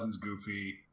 goofy